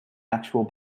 actual